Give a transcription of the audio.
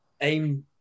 aim